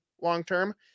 long-term